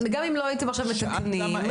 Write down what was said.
גם אם לא הייתם עכשיו מתקנים --- שאלת למה